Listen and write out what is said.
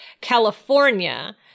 California